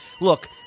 Look